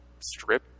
strip